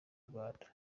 rwanda